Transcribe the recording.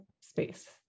space